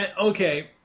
okay